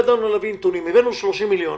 הבאנו 30 מיליון